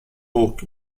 book